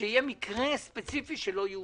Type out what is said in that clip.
כשיהיה מקרה ספציפי שלא יאושר,